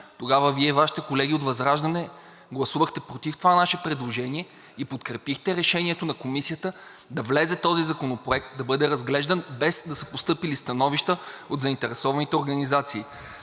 Тогава Вие и Вашите колеги от ВЪЗРАЖДАНЕ гласувахте против това наше предложение и подкрепихте решението на Комисията да влезе този законопроект, да бъде разглеждан, без да са постъпили становища от заинтересованите организации.